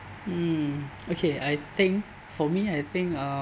mm okay I think for me I think uh